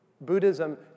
Buddhism